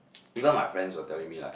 even my friends were telling me like